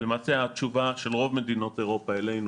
למעשה התשובה של רוב מדינות אירופה אלינו